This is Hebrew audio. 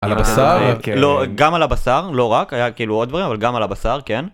על הבשר? לא, גם על הבשר, לא רק, היה כאילו עוד דברים, אבל גם על הבשר, כן.